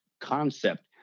concept